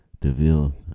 deville